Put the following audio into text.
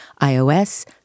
iOS